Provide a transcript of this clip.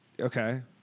Okay